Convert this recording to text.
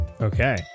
Okay